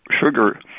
sugar